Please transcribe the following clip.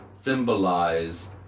symbolize